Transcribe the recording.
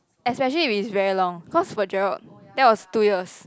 especially if it's very long cause for Gerald that was two years